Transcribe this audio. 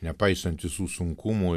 nepaisant visų sunkumų